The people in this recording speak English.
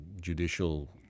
judicial